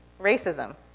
racism